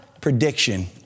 prediction